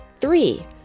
Three